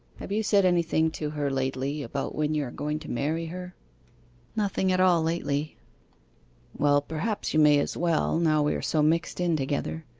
have you said anything to her lately about when you are going to marry her nothing at all lately well, perhaps you may as well, now we are so mixed in together.